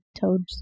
toads